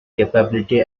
capability